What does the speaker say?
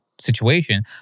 situation